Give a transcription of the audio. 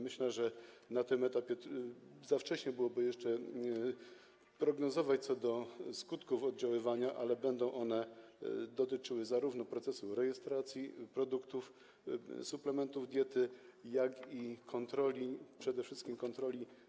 Myślę, że na tym etapie za wcześnie byłoby jeszcze prognozować skutki oddziaływania, ale będą one dotyczyły zarówno procesu rejestracji produktów, suplementów diety, jak i przede wszystkim ich kontroli.